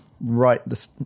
right